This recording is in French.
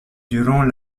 durant